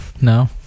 No